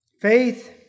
Faith